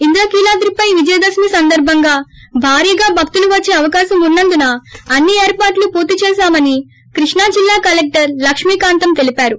ఇంద్రకీలాద్రి పై విజయదశమి సందర్భంగా భారీగా భక్తులు వచ్చే అవకాశం ఉన్నందున అన్ని ఏర్పాట్లు పూర్తి చేశామని కృష్ణా జిల్లా కలెక్లర్ లక్ష్మీకాంతం తెలిపారు